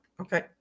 Okay